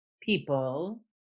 people